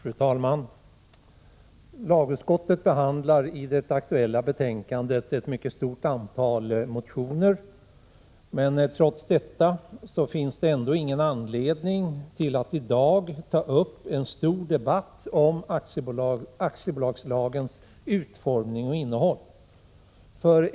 Fru talman! Lagutskottet behandlar i det aktuella betänkandet ett mycket stort antal motioner, men trots detta finns det ingen anledning att i dag ta upp en stor debatt om aktiebolagslagens utformning och innehåll.